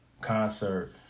concert